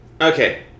Okay